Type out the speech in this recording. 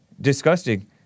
disgusting